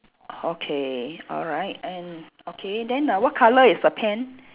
okay alright and okay then uh what colour is the pen